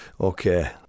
Okay